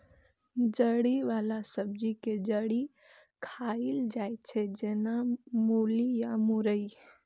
जड़ि बला सब्जी के जड़ि खाएल जाइ छै, जेना मूली या मुरइ